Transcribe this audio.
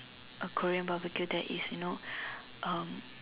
a Korean barbecue that is you know um